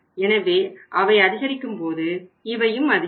எனவே அவை அதிகரிக்கும் போது இவையும் அதிகரிக்கும்